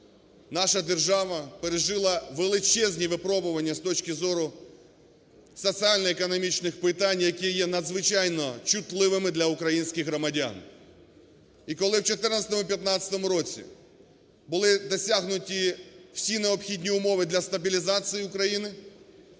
наша держава пережила величезні випробування з точки зору соціально-економічних питань, які є надзвичайно чутливими для українських громадян. І коли в 14-му–15-му році були досягнуті всі необхідні умови для стабілізації України,